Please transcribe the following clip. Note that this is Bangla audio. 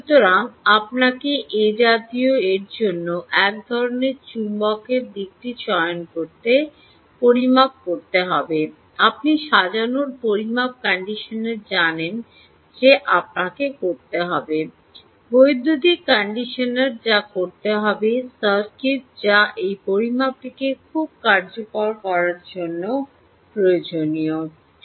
সুতরাং আপনাকে এর জন্য এক ধরণের চুম্বক চয়ন করতে হতে পারে আপনি সাজানোর পরিমাপ কন্ডিশনার জানেন যে আপনাকে করতে হবে বৈদ্যুতিন কন্ডিশনার যা করতে হবে সার্কিট যা এই পরিমাপটিকে খুব কার্যকর করার জন্য প্রয়োজন হবে